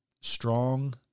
strong